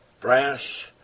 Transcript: brass